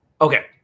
Okay